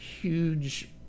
huge